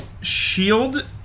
shield